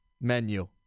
menu